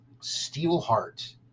Steelheart